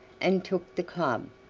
and took the club,